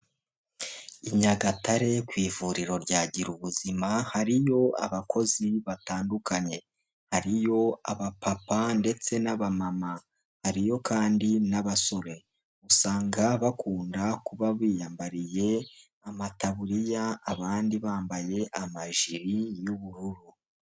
I Nyagatare ku ivuriro rya gira ubuzima hariyo abakozi batandukanye, hariyo abapapa ndetse n'abamama hariyo kandi n'abasore, usanga bakunda kuba biyambariye amataburiya abandi bambaye amajiri y'ubururu.